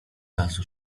razu